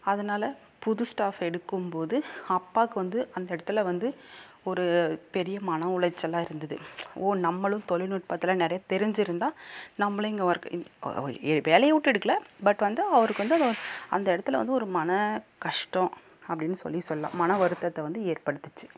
அதனால் புது ஸ்டாஃப் எடுக்கும் போது அப்பாக்கு வந்து அந்த இடத்துல வந்து ஒரு பெரிய மன உளைச்சலாக இருந்தது ஓ நம்மளும் தொழில்நுட்பத்தில் நிறைய தெரிஞ்சிருந்தால் நம்மளும் இங்கே ஒர்க் இந் ஏ வேலையை விட்டு எடுக்கல பட் வந்து அவருக்கு வந்து அது அந்த இடத்துல வந்து ஒரு மன கஷ்டம் அப்படின்னு சொல்லி சொல்லெலாம் மன வருத்தத்தை வந்து ஏற்படுத்துச்சு